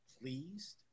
pleased